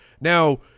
Now